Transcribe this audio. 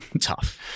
tough